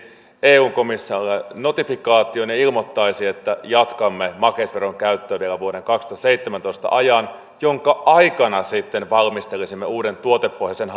eu komissiolle notifikaation ja ilmoittaisi että jatkamme makeisveron käyttöä vielä vuoden kaksituhattaseitsemäntoista ajan jonka aikana sitten valmistelisimme uuden tuotepohjaisen